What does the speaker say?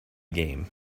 game